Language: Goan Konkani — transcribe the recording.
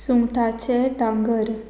सुंगटाचें डांगर